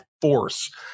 force